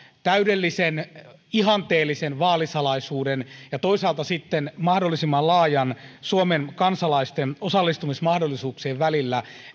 täydellisen ihanteellisen vaalisalaisuuden ja toisaalta sitten mahdollisimman laajojen suomen kansalaisten osallistumismahdollisuuksien välillä